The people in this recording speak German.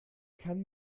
kann